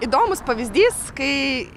įdomus pavyzdys kai